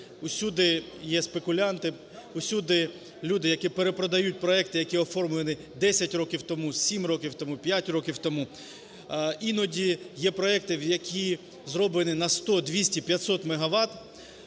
Усюди є спекулянти, усюди люди, які перепродають проекти, які оформлені десять років тому, сім років тому, п'ять років тому. Іноді є проекти, які зроблені на 100, 200, 500 мегават